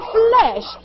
flesh